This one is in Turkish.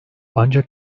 ancak